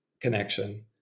connection